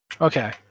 Okay